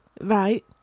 Right